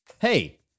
Hey